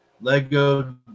Lego